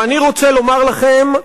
ואני רוצה לומר לכם,